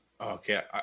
Okay